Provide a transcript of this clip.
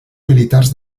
militars